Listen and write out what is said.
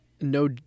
No